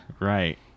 right